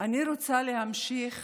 ובטיחות.) אני רוצה להמשיך